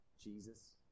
Jesus